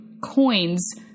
coins